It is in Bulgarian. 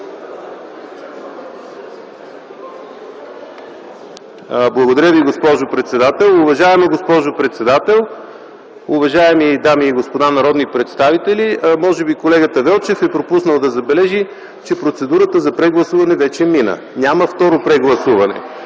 Благодаря Ви, госпожо председател. Уважаема госпожо председател, уважаеми дами и господа народни представители! Може би колегата Велчев е пропуснал да забележи, че процедурата за прегласуване вече мина. Няма второ прегласуване.